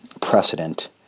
precedent